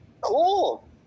cool